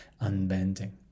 Unbending